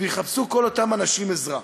ויחפשו כל אותם אנשים עזרה.